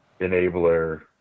enabler